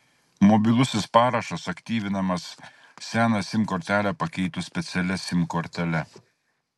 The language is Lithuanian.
mobilusis parašas aktyvinamas seną sim kortelę pakeitus specialia sim kortele